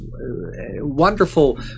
wonderful